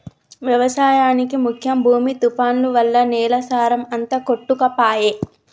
వ్యవసాయానికి ముఖ్యం భూమి తుఫాన్లు వల్ల నేల సారం అంత కొట్టుకపాయె